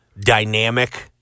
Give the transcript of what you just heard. dynamic